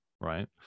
right